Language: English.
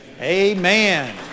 Amen